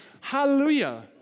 Hallelujah